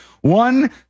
One